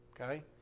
Okay